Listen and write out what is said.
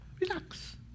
relax